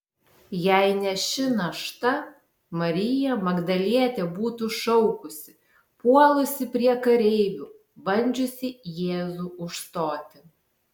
jei ne ši našta marija magdalietė būtų šaukusi puolusi prie kareivių bandžiusi jėzų užstoti